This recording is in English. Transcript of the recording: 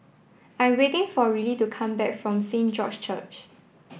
I'm waiting for Rillie to come back from Saint George's Church